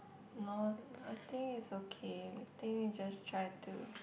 no I think it's okay I think they just try to